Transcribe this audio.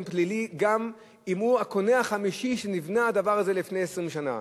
פלילי גם אם הוא הקונה החמישי של המבנה הזה שנבנה לפני 20 שנה.